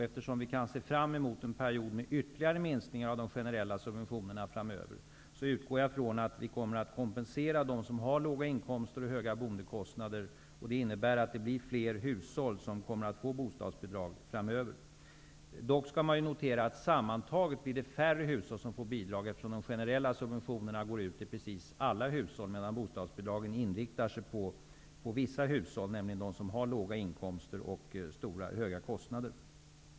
Eftersom vi kan se fram emot en period av ytterligare minskningar av de generella subventionerna, utgår jag ifrån att vi kommer att kompensera dem som har låga inkomster och höga boendekostnader. Det innebär att det framöver blir fler hushåll som kommer att få bostadsbidrag. Man skall dock notera att det sammantaget blir färre hushåll som får bidrag, eftersom de generella subventionerna går till i princip alla hushåll, medan bostadsbidragen inriktar sig på vissa hushåll, nämligen de som har låga inkomster och höga kostnader.